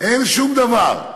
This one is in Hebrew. אין שום דבר.